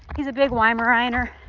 he's a big weimaraner.